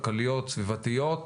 כלכליות וסביבתיות,